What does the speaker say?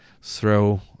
throw